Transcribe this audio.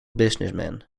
businessman